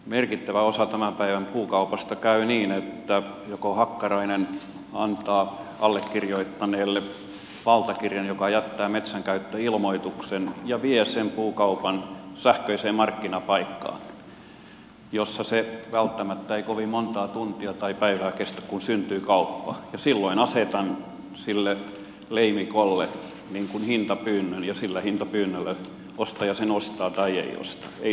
merkittävä osa tämän päivän puukau pasta käy niin että hakkarainen antaa valtakirjan allekirjoittaneelle joka jättää metsänkäyttöilmoituksen ja vie sen puukaupan sähköiseen markkinapaikkaan jossa se välttämättä ei kovin montaa tuntia tai päivää kestä kun syntyy kauppa ja silloin asetan sille leimikolle hintapyynnön ja sillä hintapyynnöllä ostaja sen ostaa tai ei osta